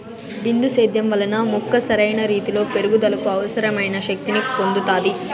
బిందు సేద్యం వలన మొక్క సరైన రీతీలో పెరుగుదలకు అవసరమైన శక్తి ని పొందుతాది